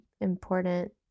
important